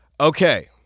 okay